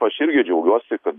aš irgi džiaugiuosi kad